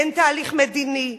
אין תהליך מדיני.